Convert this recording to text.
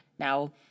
Now